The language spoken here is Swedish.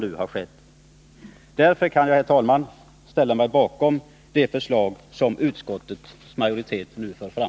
Därför kan jag, herr talman, ställa mig bakom det förslag som utskottets majoritet nu för fram.